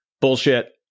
bullshit